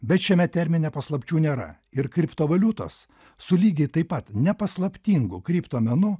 bet šiame termine paslapčių nėra ir kriptovaliutos su lygiai taip pat nepaslaptingu krypto menu